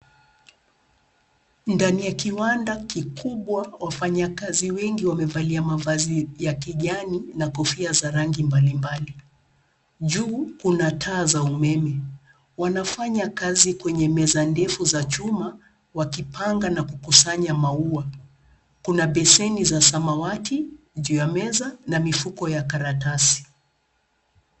Ndani ya kiwanda kikubwa, wafanyakazi wengi wamevalia mavazi ya kijani na kofia za rangi mbalimbali, juu kuna taa za umeme. Wanafanya kazi kwenye meza ndefu za chuma wakipanga na kukusanya maua. Kuna beseni za samawati juu ya meza na mifuko ya karatasi.